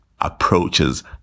approaches